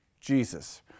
Jesus